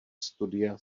studia